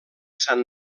sant